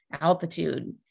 altitude